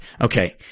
okay